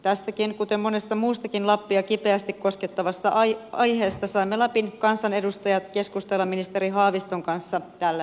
tästäkin kuten monesta muustakin lappia kipeästi koskettavasta aiheesta saimme lapin kansanedustajat keskustella ministeri haaviston kanssa tällä viikolla